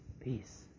Peace